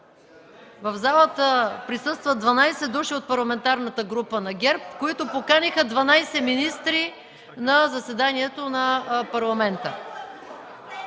В залата присъстват 12 души от Парламентарната група на ГЕРБ, които поканиха 12 министри на заседанието на Парламента.